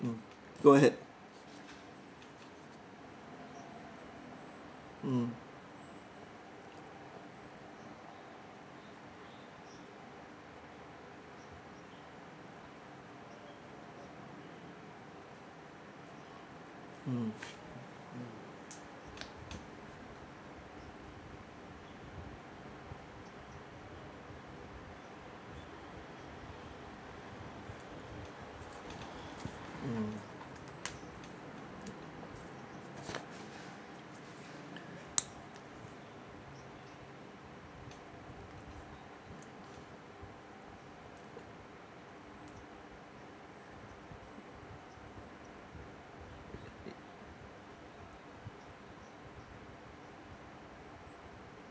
mm go ahead mm mm mm